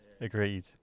agreed